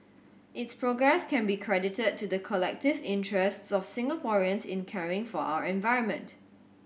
its progress can be credited to the collective interests of Singaporeans in caring for our environment